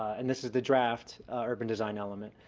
and this is the draft urban design element.